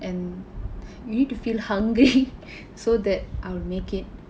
and you need to feel hungry so that I'll make it